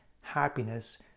happiness